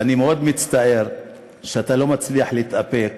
ואני מאוד מצטער שאתה לא מצליח להתאפק,